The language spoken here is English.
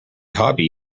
hobby